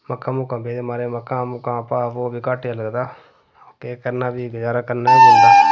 मक्कां मुक्कां बेचदे महाराज मक्कां मुक्कां दा भाव बी घट्ट गै लगदा ते करना फ्ही गुजारा करना ई पौंदा